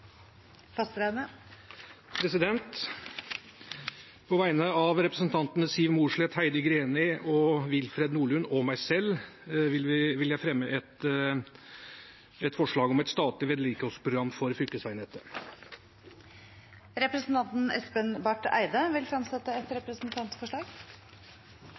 På vegne av representantene Siv Mossleth, Heidi Greni, Willfred Nordlund og meg selv vil jeg fremme et forslag om et statlig vedlikeholdsprogram for fylkesveinettet. Representanten Espen Barth Eide vil fremsette et